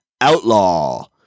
Outlaw